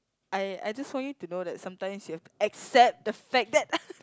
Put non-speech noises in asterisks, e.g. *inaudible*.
I I just want you to know that sometimes you have to accept the fact that *laughs*